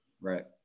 Right